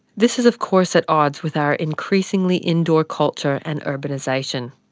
this is of course at odds with our increasingly indoor culture and urbanisation.